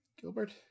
Gilbert